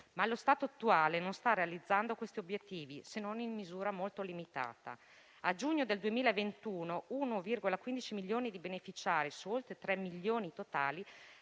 allo stato attuale non sta realizzando questi obiettivi, se non in misura molto limitata. A giugno 2021 c'erano 1,15 milioni di beneficiari, su oltre 3 milioni totali